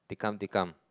tikam tikam